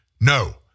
No